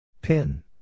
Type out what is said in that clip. Pin